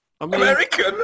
American